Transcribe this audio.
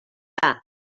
que